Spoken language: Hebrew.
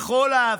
בכל ההבטחות.